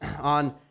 on